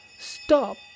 stop